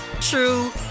true